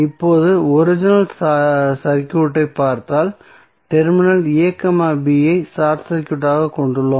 இப்போது ஒரிஜினல் சர்க்யூட்டை பார்த்தால் டெர்மினல் ab ஐ ஷார்ட் சர்க்யூட்டாக கொண்டுள்ளோம்